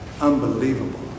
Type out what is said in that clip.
Unbelievable